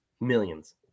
millions